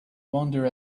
wander